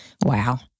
wow